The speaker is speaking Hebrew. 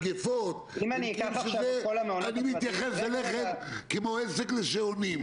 מגפות, אני מתייחס אליכם כמו עסק לשעונים.